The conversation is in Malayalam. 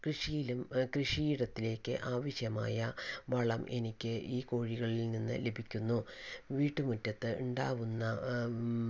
കൃഷിയിലും കൃഷിയിടത്തിലേക്ക് ആവശ്യമായ വളം എനിക്ക് ഈ കോഴികളിൽ നിന്ന് ലഭിക്കുന്നു വീട്ടുമുറ്റത്ത് ഉണ്ടാവുന്ന